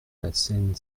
personnel